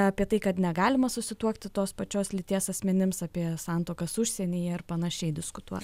apie tai kad negalima susituokti tos pačios lyties asmenims apie santuokas užsienyje ir panašiai diskutuo